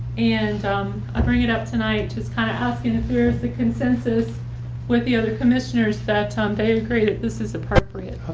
and i bring it up tonight just kind of asking if there's a consensus with the other commissioners that um they agree that this is appropriate.